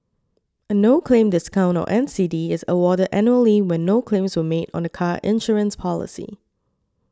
a no claim discount or N C D is awarded annually when no claims were made on the car insurance policy